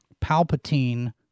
Palpatine